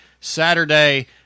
Saturday